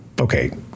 okay